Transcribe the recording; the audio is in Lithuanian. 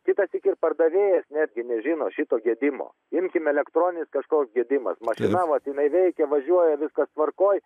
kitą sykį ir pardavėjas netgi nežino šito gedimo imkime elektroninis kažkoks gedimas mašina vat jinai veikia važiuoja viskas tvarkoj